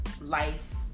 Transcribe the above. Life